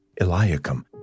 Eliakim